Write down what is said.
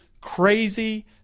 crazy